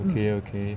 okay okay